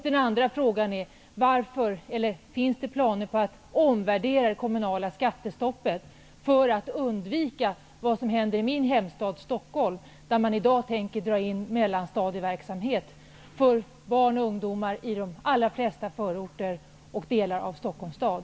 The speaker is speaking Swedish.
Den andra frågan är: Finns det planer på att omvärdera det kommunala skattestoppet för att undvika det som händer i min hemstad Stockholm, där man i dag tänker dra in mellanstadieverksamhet för barn och ungdomar i de allra flesta förorter och i delar av Stockholms stad?